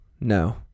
No